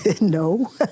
No